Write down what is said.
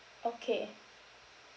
okay